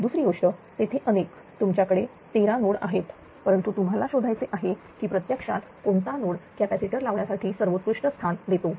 दुसरी गोष्ट तेथे अनेक तुमच्याकडे तेरा नोड आहेत परंतु तुम्हाला शोधायचे आहे की प्रत्यक्षात कोणता नोड कॅपॅसिटर लावण्यासाठी सर्वोत्कृष्ट स्थान देतो